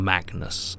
Magnus